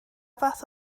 fath